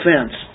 offense